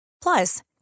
Plus